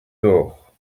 door